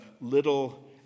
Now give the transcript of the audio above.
little